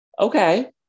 Okay